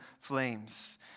flames